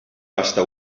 pasta